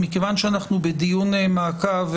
מכיוון שאנחנו בדיון מעקב,